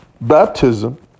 Baptism